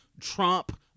Trump